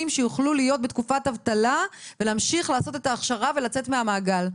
שיוכלו להיות בתקופת אבטלה ולהמשיך לעשות את ההכשרה ולצאת מהמעגל.